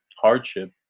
hardship